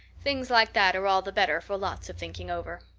things like that are all the better for lots of thinking over.